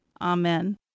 Amen